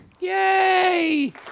Yay